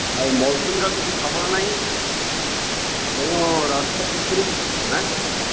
ଆଉ ମୌସୁମୀର କିଛି ଖବର ନାହିଁ ତେଣୁ ରଜ ପୂର୍ବରୁ